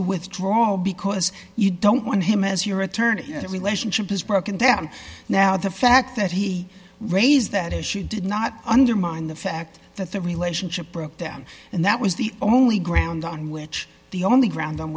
the withdrawal because you don't want him as your attorney that relationship has broken down now the fact that he raised that issue did not undermine the fact that the relationship broke down and that was the only ground on which the only ground on